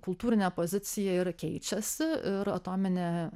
kultūrinė pozicija ir keičiasi ir atominė